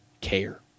care